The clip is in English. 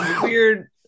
weird